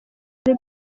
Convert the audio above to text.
ari